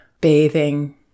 bathing